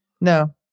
No